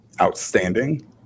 outstanding